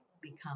become